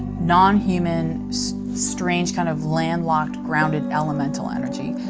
i inon-human strange kind of i ilandlocked grounded elemental i ienergy.